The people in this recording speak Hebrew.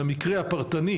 המקרה הפרטני,